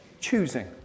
Choosing